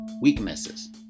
weaknesses